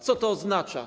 Co to oznacza?